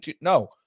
No